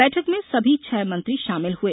बैठक में सभी छह मंत्री शामिल हए